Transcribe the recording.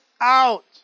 out